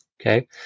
Okay